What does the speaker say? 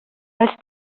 els